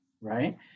right